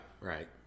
right